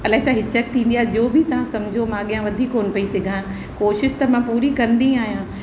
अलाए छा हिचकु थींदी आहे जो बि तव्हां सम्झो मां अॻियां वधी कोन्ह पई सघां कोशिशि त मां पूरी कंदी आहियां